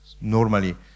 normally